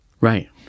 Right